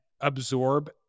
absorb